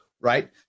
right